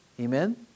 amen